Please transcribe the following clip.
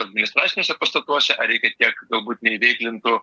administraciniuose pastatuose ar reikia tiek galbūt neįveiklintų